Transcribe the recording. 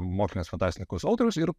mokslinės fantastikos autorius ir